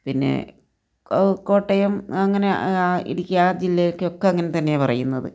പിന്നെ കോട്ടയം അങ്ങനെ ആ ഇടുക്കി ആ ജില്ലയിലൊക്കെ അങ്ങനെ തന്നെ പറയുന്നത്